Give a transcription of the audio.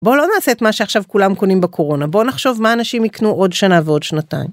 בואו לא נעשה את מה שעכשיו כולם קונים בקורונה, בואו נחשוב מה אנשים יקנו עוד שנה ועוד שנתיים.